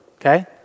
okay